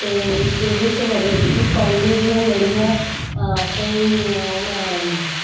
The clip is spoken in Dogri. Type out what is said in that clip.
जेह्दे बिच पढ़ने दियां मतलब जेह्ड़ियां न